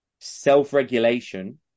self-regulation